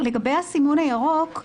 לגבי הסימון הירוק,